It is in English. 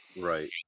Right